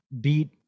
beat